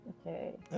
Okay